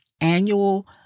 annual